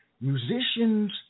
musicians